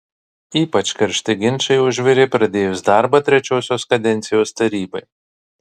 ypač karšti ginčai užvirė pradėjus darbą trečiosios kadencijos tarybai